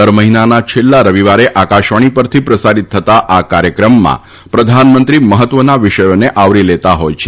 દર મહિનાના છેલ્લા રવિવારે આકાશવાણી પરથી પ્રસારિત થતા આ કાર્યક્રમમાં પ્રધાનમંત્રી મહત્વના વિષયોને આવરી લેતા હોય છે